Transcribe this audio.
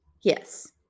Yes